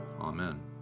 Amen